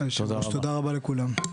תודה רבה לכולם.